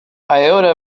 iota